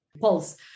pulse